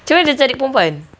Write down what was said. macam mana dia cari perempuan